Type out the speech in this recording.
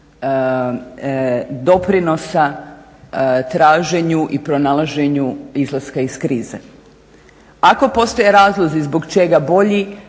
doprinosa traženju i pronalaženju izlaska iz krize. Ako postoje razlozi zbog čega bolji,